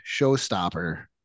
showstopper